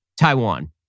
Taiwan